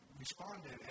Responded